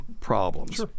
problems